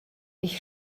ich